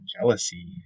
jealousy